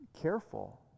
careful